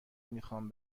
میخوام